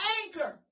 anger